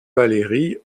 valery